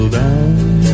down